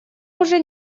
уже